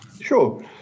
sure